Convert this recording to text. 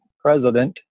president